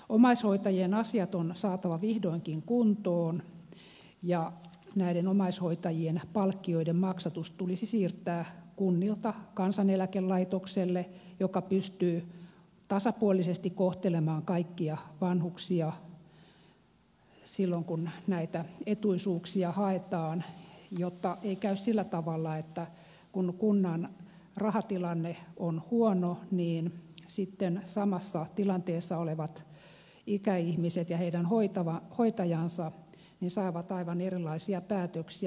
omaishoitajien asiat on saatava vihdoinkin kuntoon ja näiden omaishoitajien palkkioiden maksatus tulisi siirtää kunnilta kansaneläkelaitokselle joka pystyy tasapuolisesti kohtelemaan kaikkia vanhuksia silloin kun näitä etuisuuksia haetaan jotta ei käy sillä tavalla että kun kunnan rahatilanne on huono niin sitten samassa tilanteessa olevat ikäihmiset ja heidän hoitajansa saavat aivan erilaisia päätöksiä